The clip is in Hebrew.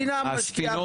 הספינות וכל זה?